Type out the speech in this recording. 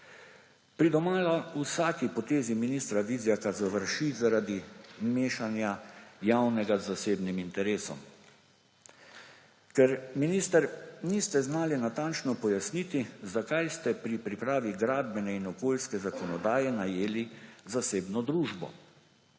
Pri domala vsaki potezi ministra Vizjaka završi zaradi mešanja javnega z zasebnim interesom, ker, minister, niste znali natančno pojasniti, zakaj ste pri pripravi gradbene in okoljske zakonodaje najeli zasebno družbo.